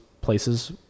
places